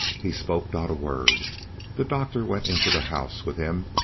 he spoke not a word the doctor went into the house with him,